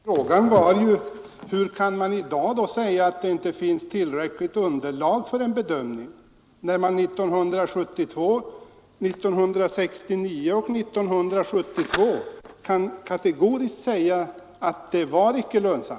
Fru talman! Frågan var ju: Hur kan man i dag säga att det inte finns att motverka skador vid avbrott i eldistributionen tillräckligt underlag för en bedömning, när man 1969 och 1972 kategoriskt kunde säga att brytningen inte var lönsam?